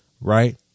right